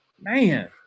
Man